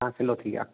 हा स्लो थी वियो आहे